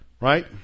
Right